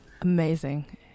Amazing